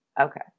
Okay